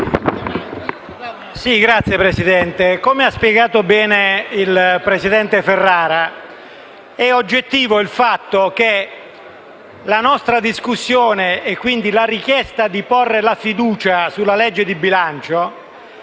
Signor Presidente, come ha spiegato bene il presidente Ferrara, è oggettivo il fatto che la nostra discussione e quindi la richiesta di porre la fiducia sul disegno di legge di bilancio